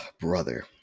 brother